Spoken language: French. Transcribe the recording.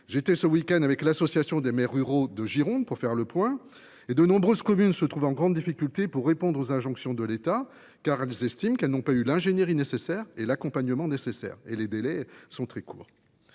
J’étais ce week end avec l’association des maires ruraux de Gironde pour faire le point. De nombreuses communes se trouvent en grande difficulté pour répondre aux injonctions de l’État, car, estiment elles, elles n’ont eu ni l’ingénierie ni l’accompagnement nécessaires. Or les délais sont très courts.